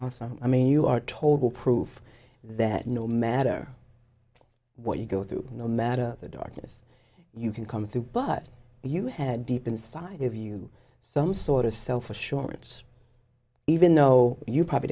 awesome i mean you are told to prove that no matter what you go through no matter the darkness you can come through but you had deep inside of you so much sort of self assurance even though you probably